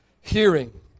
hearing